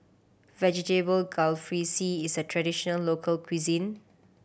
Vegetable Jalfrezi is a traditional local cuisine